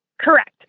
Correct